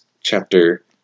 chapter